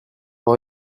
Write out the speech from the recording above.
voit